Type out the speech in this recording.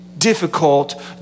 difficult